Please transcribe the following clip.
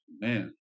man